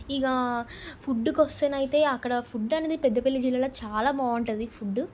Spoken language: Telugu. ఇక ఫుడ్కి వస్తేనయితే అక్కడ ఫుడ్ అనేది పెద్దపల్లి జిల్లాలో చాలా బాగుంటుంది ఫుడ్